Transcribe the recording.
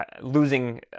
losing